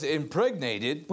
impregnated